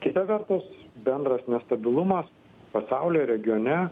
kita vertus bendras nestabilumas pasaulio regione